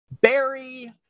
Barry